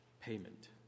payment